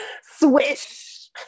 swish